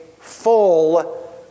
full